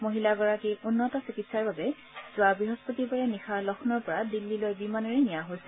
মহিলাগৰাকীক উন্নত চিকিৎসাৰ বাবে যোৱা বৃহস্পতিবাৰে নিশা লফ্লৌৰপৰা দিল্লীলৈ বিমানেৰে নিয়া হৈছিল